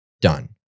done